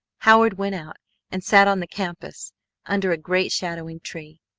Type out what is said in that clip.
howard went out and sat on the campus under a great shadowing tree.